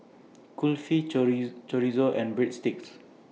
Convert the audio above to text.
Kulfi Chorizo and Breadsticks